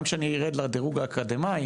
גם כשאני ארד לדירוג האקדמאי,